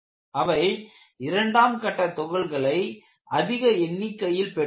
அவை இரண்டாம் கட்ட துகள்களை அதிக எண்ணிக்கையில் பெற்றுள்ளன